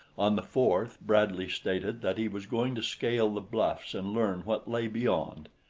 on the fourth, bradley stated that he was going to scale the bluffs and learn what lay beyond.